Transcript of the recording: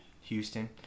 Houston